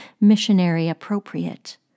missionary-appropriate